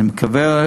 אני מקווה,